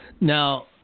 Now